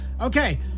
Okay